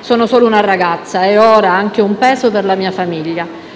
Sono solo una ragazza. E ora, anche un peso per la mia famiglia.